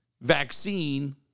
vaccine